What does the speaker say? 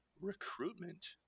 recruitment